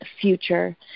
future